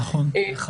נכון.